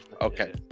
Okay